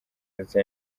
ndetse